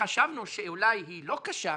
חשבנו שאולי היא לא קשה,